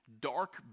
dark